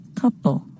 couple